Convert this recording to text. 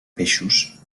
peixos